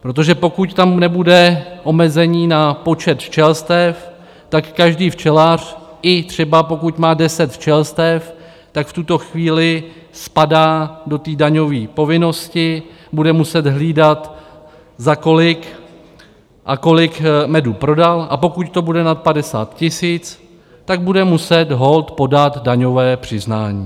Protože pokud tam nebude omezení na počet včelstev, tak každý včelař, i třeba pokud má 10 včelstev, tak v tuto chvíli spadá do té daňový povinnosti, bude muset hlídat, za kolik a kolik medu prodal, a pokud to bude nad 50 tisíc, tak bude muset holt podat daňové přiznání.